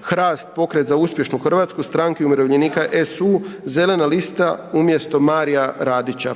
HRAST, Pokret za uspješnu Hrvatsku, Stranke umirovljenika, SU, Zelena lista umjesto Marija Radića.